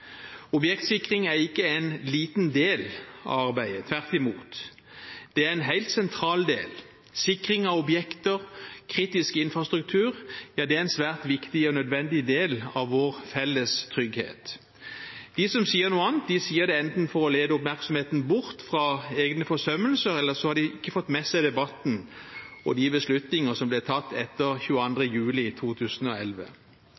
Objektsikring er ikke en liten del av arbeidet, tvert imot. Det er en helt sentral del. Sikring av objekter og kritisk infrastruktur er en svært viktig og nødvendig del av vår felles trygghet. De som sier noe annet, sier det enten for å lede oppmerksomheten bort fra egne forsømmelser, eller så har de ikke fått med seg debatten og de beslutninger som ble tatt etter